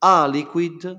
aliquid